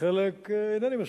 עם חלק אינני מסכים,